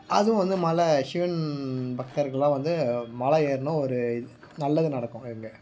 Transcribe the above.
அதுவும் வந்து மலை ஷிவன் பக்தர்கள்லாம் வந்து மலை ஏறினா ஒரு நல்லது நடக்கும் இங்கே